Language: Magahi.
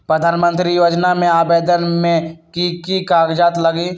प्रधानमंत्री योजना में आवेदन मे की की कागज़ात लगी?